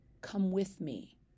come-with-me